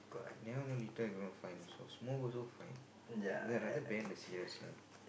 never even litter you want to fine also smoke also fine then I rather ban the cigarettes lah